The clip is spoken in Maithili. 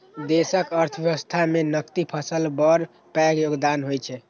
देशक अर्थव्यवस्था मे नकदी फसलक बड़ पैघ योगदान होइ छै